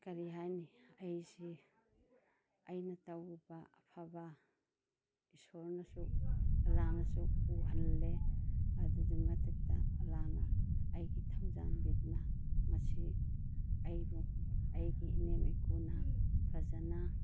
ꯀꯔꯤ ꯍꯥꯏꯅꯤ ꯑꯩꯁꯤ ꯑꯩꯅ ꯇꯧꯔꯨꯕ ꯑꯐꯕ ꯏꯁꯣꯔꯅꯁꯨ ꯑꯜꯂꯥꯅꯁꯨ ꯎꯍꯜꯂꯦ ꯑꯗꯨꯗꯨꯒꯤ ꯃꯊꯛꯇ ꯑꯜꯂꯥꯅ ꯑꯩꯕꯨ ꯊꯧꯖꯥꯟꯕꯤꯗꯨꯅ ꯉꯁꯤ ꯑꯩꯕꯨ ꯑꯩꯒꯤ ꯏꯅꯦꯝ ꯏꯀꯨꯅ ꯐꯖꯅ